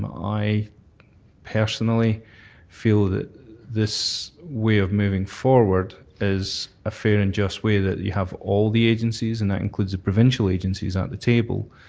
i personally feel that this way of moving forward is a fair and just way, that you have all the agencies and that includes the provincial agencies at the table,